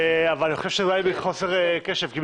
אולי בגלל חוסר קשב.